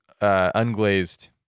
unglazed